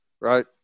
Right